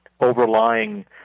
overlying